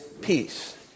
peace